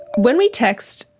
when we text,